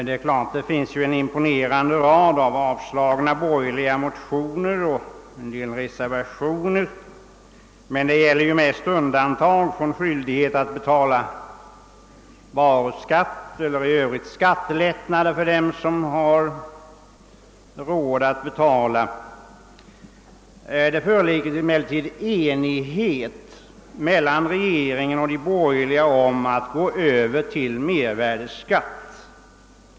Det är klart att det finns en imponerande rad av avstyrkta borgerliga motioner och reservationer, men de gäller mest undantag från skyldighet att erlägga varuskatt och andra skattelättnader för dem som har råd att betala. Det föreligger emellertid enighet mellan regeringen och de borgerliga om att gå över till mervärdeskatt.